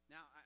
Now